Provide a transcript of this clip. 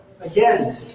again